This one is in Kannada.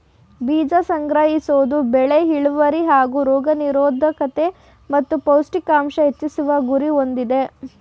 ಬೀಜ ಸಂಗ್ರಹಿಸೋದು ಬೆಳೆ ಇಳ್ವರಿ ಹಾಗೂ ರೋಗ ನಿರೋದ್ಕತೆ ಮತ್ತು ಪೌಷ್ಟಿಕಾಂಶ ಹೆಚ್ಚಿಸುವ ಗುರಿ ಹೊಂದಯ್ತೆ